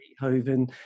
Beethoven